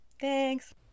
Thanks